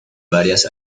varias